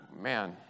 man